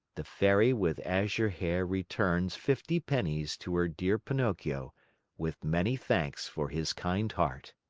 the fairy with azure hair returns fifty pennies to her dear pinocchio with many thanks for his kind heart.